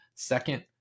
Second